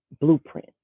blueprint